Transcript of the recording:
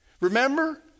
Remember